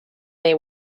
they